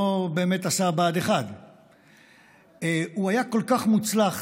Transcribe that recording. באמת עשו בה"ד 1. הוא היה כל כך מוצלח